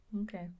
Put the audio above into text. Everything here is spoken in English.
Okay